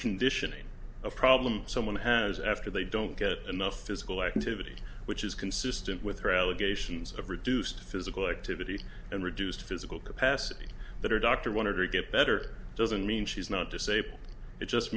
conditioning a problem someone has after they don't get enough physical activity which is consistent with her allegations of reduced physical activity and reduced physical capacity that her doctor wanted to get better doesn't mean she's not disabled it just